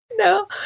No